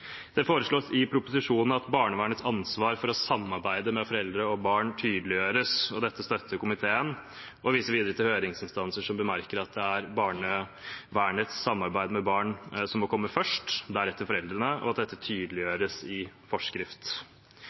Det foreslås i proposisjonen at barnevernets ansvar for å samarbeide med foreldre og barn tydeliggjøres. Dette støtter komiteen og viser videre til høringsinstanser som bemerker at det er barnevernets samarbeid med barna som må komme først, deretter foreldrene, og at dette bør tydeliggjøres i forskrift.